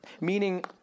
Meaning